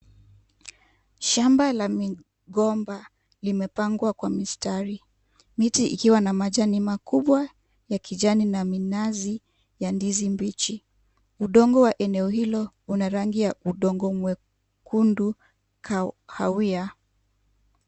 Shamba la migomba, limepangwa kwa mistari, miti ikiwa na majani makubwa ya kijani na minazi ya ndizi mbichi. Udongo wa eneo hilo una rangi ya udongo mwekundu kahawia.